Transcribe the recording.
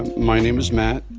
my name is matt.